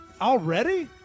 already